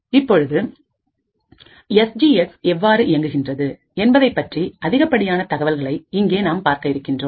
இப்பொழுது S G X எவ்வாறு இயங்குகின்றது என்பதைப்பற்றி அதிகப்படியான தகவல்களை இங்கே நாம் பார்க்க இருக்கின்றோம்